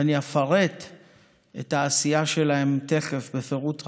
ואני אפרט את העשייה שלהם תכף בפירוט רב.